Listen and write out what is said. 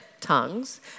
tongues